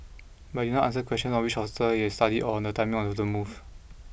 but it did not answer questions on which hotels it had studied or on the timing of the move